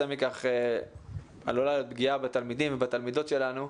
מכך עלולה להיות פגיעה בתלמידים ובתלמידות שלנו,